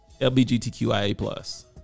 LGBTQIA